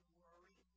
worry